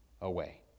away